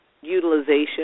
utilization